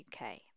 UK